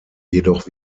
jedoch